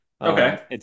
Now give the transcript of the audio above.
Okay